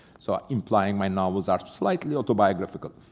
so implying my novels are slightly autobiographical.